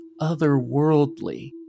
otherworldly